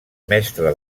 mestre